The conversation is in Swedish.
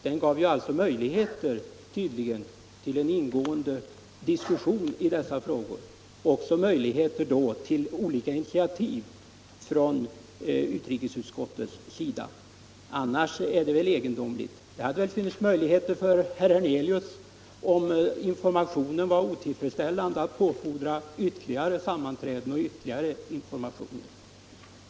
Den gav tydligen möjligheter till en ingående diskussion i dessa frågor, och då också möjligheter till olika initiativ från utrikesutskottets sida. Något annat vore väl egendomligt. Det hade väl då funnits möjligheter för herr Hernelius, om informationen var otillfredsställande, att påfordra ytterligare sammanträden och ytterligare information.